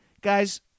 guys